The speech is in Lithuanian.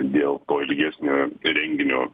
dėl to ilgesnio renginio